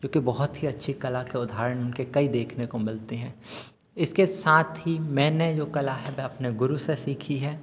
जो कि बहुत ही अच्छे कला के उदाहरण उनके कई देखने को मिलते हैं इसके साथ ही मैंने जो कला है अपने गुरु से सीखी है